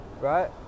Right